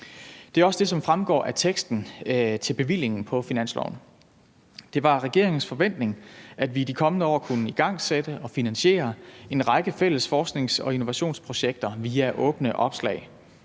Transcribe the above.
Det er også det, som fremgår af teksten til bevillingen på finansloven. Det var regeringens forventning, at vi i de kommende år kunne igangsætte og finansiere en række fælles forsknings- og innovationsprojekter via åbne opslag